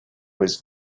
was